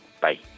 Bye